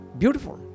beautiful